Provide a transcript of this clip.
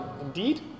indeed